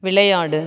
விளையாடு